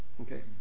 Okay